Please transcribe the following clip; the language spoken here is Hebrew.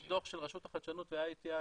יש דו"ח של רשות החדשנות ו-IATI